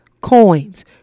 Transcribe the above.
coins